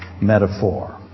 metaphor